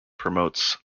promotes